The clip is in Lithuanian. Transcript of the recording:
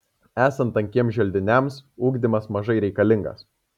esant tankiems želdiniams ugdymas mažai reikalingas